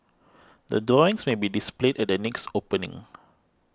the drawings may be displayed at the next opening